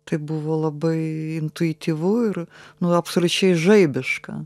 kai buvo labai intuityvu ir nu absoliučiai žaibiška